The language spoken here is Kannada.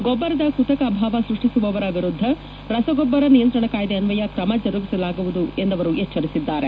ಗೊಬ್ಬರದ ಕೃತಕ ಅಬಾವ ಸೃಷ್ವಿಸುವವರ ವಿರುದ್ಧ ರಸಗೊಬ್ಬರ ನಿಯಂತ್ರಣ ಕಾಯ್ದೆ ಅನ್ವಯ ಕ್ರಮ ಜರುಗಿಸಲಾಗುವುದು ಎಂದು ಅವರು ಎಚ್ಚರಿಸಿದ್ದಾರೆ